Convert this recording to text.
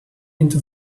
into